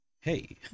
hey